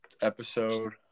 episode